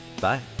bye